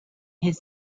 his